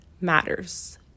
matters